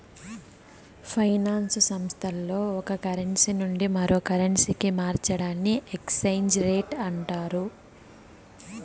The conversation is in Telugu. ఫైనాన్స్ సంస్థల్లో ఒక కరెన్సీ నుండి మరో కరెన్సీకి మార్చడాన్ని ఎక్స్చేంజ్ రేట్ అంటారు